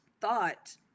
thought